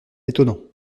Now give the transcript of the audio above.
étonnant